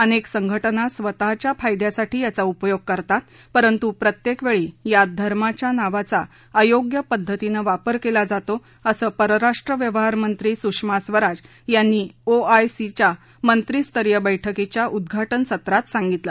अनेक संघटना स्वतःच्या फायद्यासाठी याचा उपयोग करतात परंतु प्रत्येकवेळी यात धर्माच्या नावाचा अयोग्य पद्धतीनं वापर केला जातो असं परराष्ट्र व्यवहार मंत्री सुषमा स्वराज यांनी ओ आय सीच्या मंत्रीस्तरीय बैठकीच्या उद्घाटन सत्रात सांगितलं